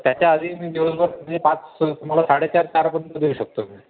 त्याच्या आधी मी दिवसभर म्हणजे पाच तुम्हाला साडेचार चारपर्यंत देऊ शकतो मी